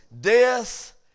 death